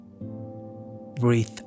Breathe